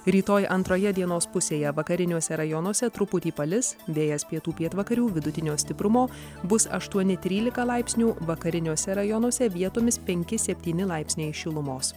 rytoj antroje dienos pusėje vakariniuose rajonuose truputį palis vėjas pietų pietvakarių vidutinio stiprumo bus aštuoni trylika laipsnių vakariniuose rajonuose vietomis penki septyni laipsniai šilumos